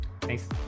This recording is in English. thanks